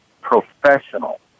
professional